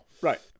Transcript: Right